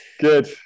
Good